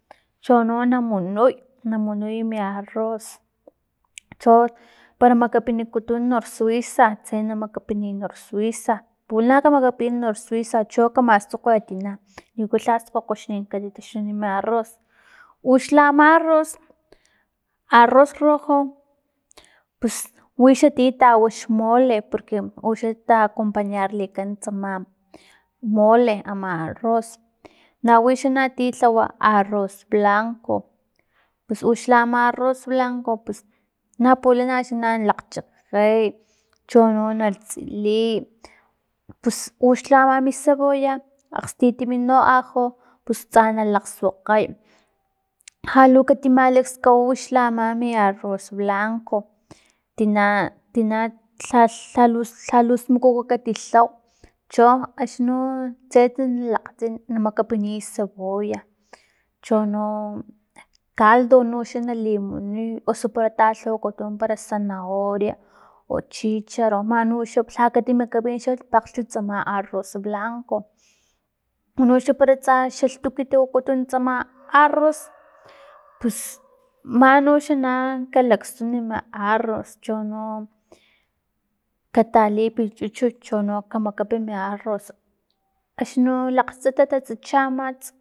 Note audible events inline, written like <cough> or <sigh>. Chono na munuy, na munuy mi arroz cho para makapinikutun norsuisa, tse na makapiniy norsuisa pulana kamakapin norsuisa cho kamaskgokge tina liuku lha skgokgo katitaxtunin mi arroz uxla ama arroz, arroz rojo pus wixan ti tawa xmole porque uxa ta acompañarlikan tsama mole ama arroz nawixa ti lhawa arroz blanco, pus uxla ama arroz blanco pus na pulana na lakgchakgey chono na tsiliy pus uxla ama mi cebolla akgstitimi no ajo pus tsa nalakgsuakgay lhalu kati malakskawa uxla ama mi arroz blanco tina tina lha- lha- lhalus- lhaus mukuk katilhaw cho axni tsets lakgtsin na makapiniy cebolla chono caldo noxla nali munuy osu para talhawakutun zanahoria o chicharo nanu lha katimakapin xa pakglhchu tsama arroz blanco unoxa para tsa xalhtukit wakutun tsama arroz <noise> pus manu xa kalaksunu arroz chono katalipi chuchut chono kamakapi mi arroz axni no lakgtsatatas chamats